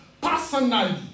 personally